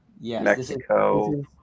Mexico